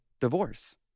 divorce